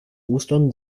ostern